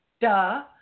Duh